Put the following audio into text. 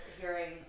hearing